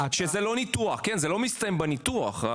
שזה א ניתוח או מסתיים בניתוח.